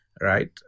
right